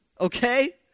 Okay